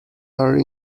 are